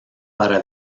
para